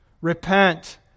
Repent